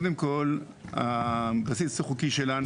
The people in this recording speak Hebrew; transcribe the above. קודם כל הבסיס החוקי שלנו